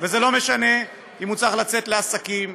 וזה לא משנה אם הוא צריך לצאת לעסקים,